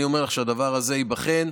אני אומר לך שהדבר הזה ייבחן,